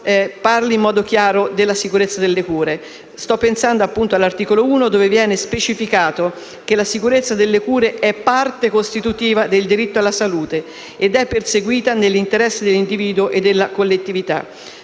parli in modo chiaro della sicurezza delle cure. Sto pensando appunto all'articolo 1, dove viene specificato che la sicurezza delle cure è parte costitutiva del diritto alla salute ed è perseguita nell'interesse dell'individuo e della collettività.